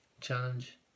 challenge